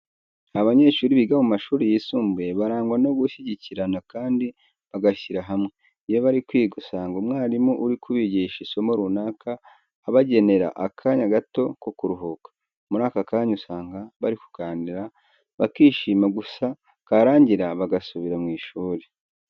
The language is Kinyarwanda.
Abanyeshuri biga mu mashuri yisumbuye barangwa no gushyigikirana kandi bagashyira hamwe. Iyo bari kwiga usanga umwarimu uri kubigisha isomo runaka abagenera akanya gato ko kuruhuka. Muri aka kanya usanga bari kuganira bakishima gusa karangira bagasubira mu ishuri.